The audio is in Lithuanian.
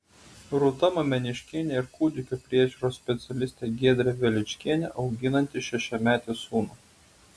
rūta mameniškienė ir kūdikių priežiūros specialistė giedrė veličkienė auginanti šešiametį sūnų